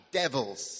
devils